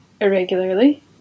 irregularly